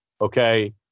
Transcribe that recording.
okay